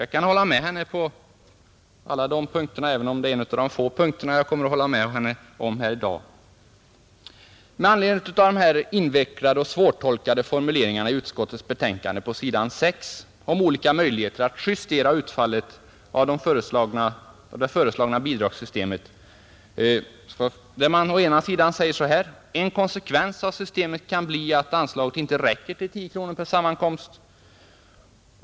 Jag kan hålla med henne på alla dessa punkter, även om det inte är mycket mer jag skall hålla med henne om här i dag. Ett exempel på invecklade och svårtolkade formuleringar i utskottets betänkande återfinnes på s. 6 där utskottsmajoriteten beskriver olika möjligheter att justera utfallet av det föreslagna bidragssystemet. Där säger utskottet å ena sidan att en konsekvens av den intagna ståndpunkten kan bli att anvisade anslagsmedel inte räcker till bidrag med 10 kronor per sammankomst.